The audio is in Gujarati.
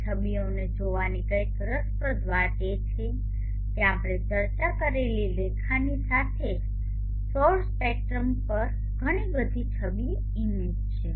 આ છબીઓને જોવાની કંઈક રસપ્રદ વાત એ છે કે આપણે ચર્ચા કરેલી રેખાઓની સાથે જ સૌર સ્પેક્ટ્રમ પર ઘણી બધી છબીઓ છે